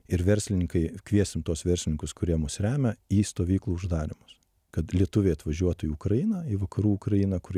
ir verslininkai kviesim tuos verslininkus kurie mus remia į stovyklų uždarymus kad lietuviai atvažiuotų į ukrainą į vakarų ukrainą kur